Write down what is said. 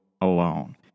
alone